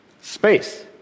Space